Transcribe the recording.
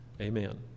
amen